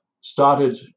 started